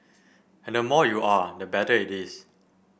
and the more you are the better it is